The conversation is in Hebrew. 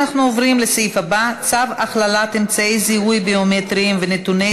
אנחנו עוברים לסעיף הבא: צו הכללת אמצעי זיהוי ביומטריים ונתוני